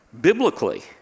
biblically